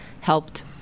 helped